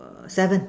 seven